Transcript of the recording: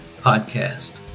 Podcast